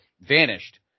vanished